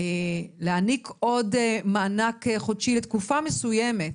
להעניק עוד מענק חודשי לתקופה מסוימת.